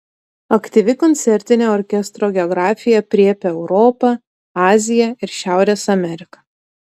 aktyvi koncertinė orkestro geografija aprėpia europą aziją ir šiaurės ameriką